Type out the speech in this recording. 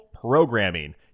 programming